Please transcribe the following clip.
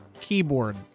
keyboard